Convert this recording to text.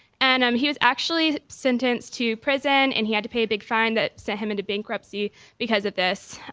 and um he was actually sentenced to prison and he had to pay a big fine that sent him into bankruptcy because of this.